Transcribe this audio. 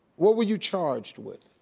what were you charged with?